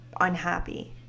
unhappy